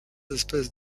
espèces